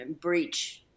breach